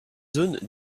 zones